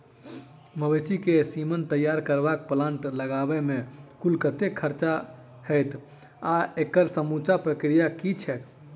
मवेसी केँ सीमन तैयार करबाक प्लांट लगाबै मे कुल कतेक खर्चा हएत आ एकड़ समूचा प्रक्रिया की छैक?